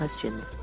questions